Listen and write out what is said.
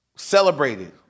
celebrated